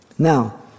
Now